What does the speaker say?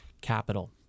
capital